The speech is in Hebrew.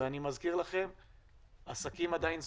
אני מזכיר לכם שעסקים עדיין סגורים.